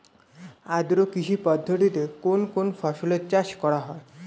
আদ্র কৃষি পদ্ধতিতে কোন কোন ফসলের চাষ করা হয়?